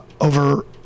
over